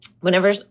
whenever